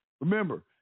Remember